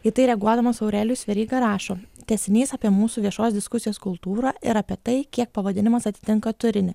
į tai reaguodamas aurelijus veryga rašo tęsinys apie mūsų viešos diskusijos kultūrą ir apie tai kiek pavadinimas atitinka turinį